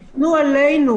יפנו אלינו,